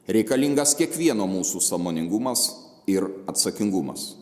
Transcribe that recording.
reikalingas kiekvieno mūsų sąmoningumas ir atsakingumas